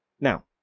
Now